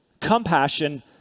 compassion